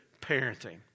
parenting